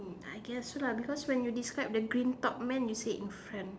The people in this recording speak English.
I guess lah because when you describe the green top man you said in front